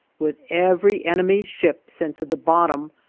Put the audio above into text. with every enemy's ship sent to the bottom,